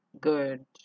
good